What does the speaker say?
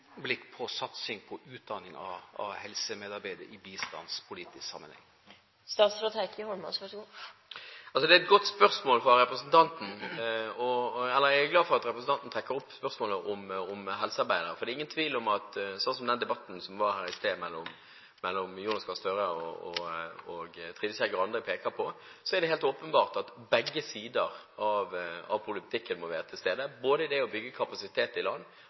på satsing på utdanning av helsemedarbeidere i bistandspolitisk sammenheng? Jeg er glad for at representanten tar opp spørsmålet om helsearbeidere. Det er ingen tvil om, sånn som debatten her i sted mellom utenriksminister Jonas Gahr Støre og Trine Skei Grande pekte på, at begge sider av politikken åpenbart må være til stede, både det å bygge kapasitet i et land